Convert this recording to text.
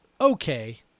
okay